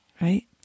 right